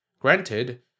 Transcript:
Granted